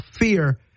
fear